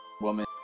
woman